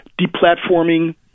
deplatforming